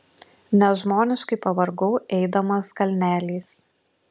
nežmoniškai pavargau eidamas kalneliais